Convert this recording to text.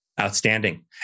Outstanding